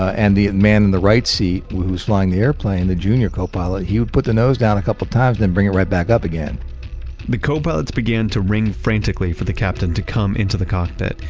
and the man and the right seat, who's flying the airplane, the junior copilot, he would put the nose down a couple times then bring it right back up again the co-pilots began to ring frantically for the captain to come into the cockpit.